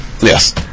Yes